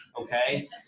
Okay